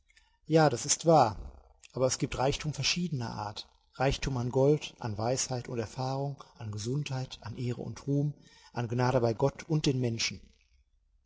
ja das ist wahr aber es gibt reichtum verschiedener art reichtum an gold an weisheit und erfahrung an gesundheit an ehre und ruhm an gnade bei gott und den menschen